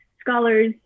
scholars